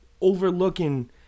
Overlooking